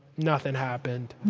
nothing happened.